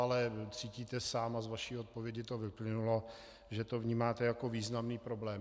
Ale cítíte sám a z vaší odpovědi to vyplynulo, že to vnímáte jako významný problém.